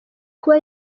kuba